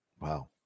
Wow